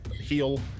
heal